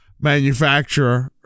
manufacturer